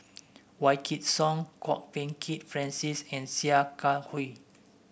Wykidd Song Kwok Peng Kin Francis and Sia Kah Hui